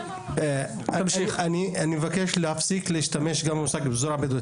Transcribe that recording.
אני מבקש גם להפסיק במושג הפזורה הבדואית,